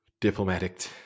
diplomatic